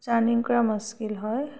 journey কৰা মুস্কিল হয়